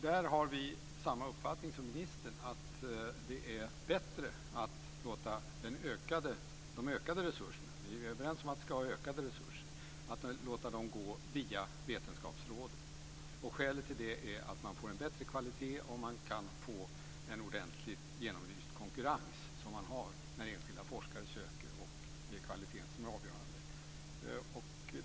Där har vi samma uppfattning som ministern, dvs. att det är bättre att låta de ökade resurserna - vi är överens om att det ska vara ökade resurser - gå via vetenskapsrådet. Skälet till det är att man får en bättre kvalitet om man kan få en ordentligt genomlyst konkurrens, som man har när enskilda forskare söker och det är kvaliteten som är avgörande.